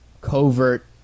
covert